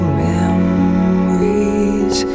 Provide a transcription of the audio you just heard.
memories